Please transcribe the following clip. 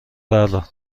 بردار